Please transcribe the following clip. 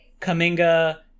Kaminga